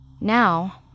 Now